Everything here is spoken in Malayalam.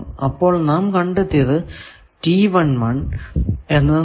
അപ്പോൾ നാം കണ്ടെത്തിയത് ഈ എന്നത് നാം